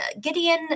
Gideon